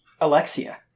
Alexia